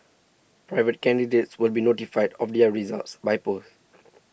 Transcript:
private candidates will be notified of their results by post